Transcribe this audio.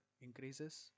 increases